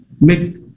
make